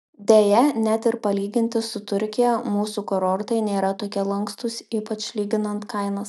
deja net ir palyginti su turkija mūsų kurortai nėra tokie lankstūs ypač lyginant kainas